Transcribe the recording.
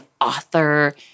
author